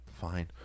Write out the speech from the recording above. fine